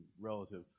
relative